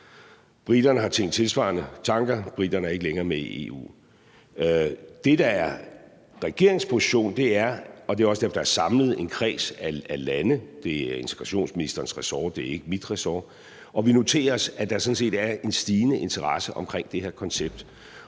Briterne har tænkt tilsvarende tanker. Briterne er ikke længere med i EU. Det, der er regeringens position, er – og det er integrationsministerens ressort; det er ikke mit ressort – at vi noterer os, at der sådan set er en stigende interesse omkring det her koncept,